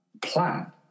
plan